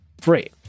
free